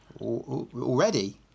Already